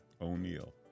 O'Neill